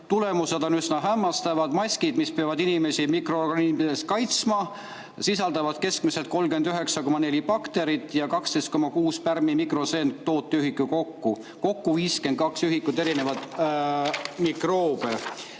Tulemused on üsna hämmastavad. Maskid, mis peavad inimesi mikroorganismide eest kaitsma, sisaldavad keskmiselt 39,4 bakterit ja 12,6 pärmimikroseent tooteühikul kokku, kokku 52 ühikut erinevaid mikroobe.